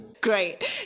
Great